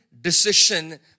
decision